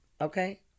okay